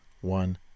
one